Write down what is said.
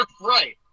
Right